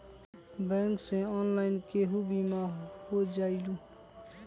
Bank से online केहु बिमा हो जाईलु?